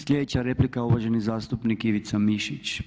Sljedeća replika, uvaženi zastupnik Ivica Mišić.